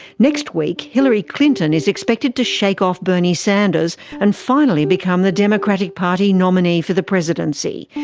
next week, hillary clinton is expected to shake off bernie sanders and finally become the democratic party nominee for the presidency.